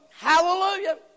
Hallelujah